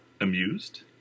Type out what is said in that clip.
amused